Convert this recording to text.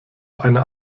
eine